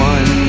One